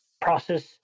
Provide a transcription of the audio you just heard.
process